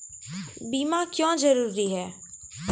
बीमा क्यों जरूरी हैं?